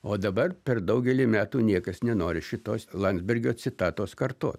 o dabar per daugelį metų niekas nenori šitos landsbergio citatos karto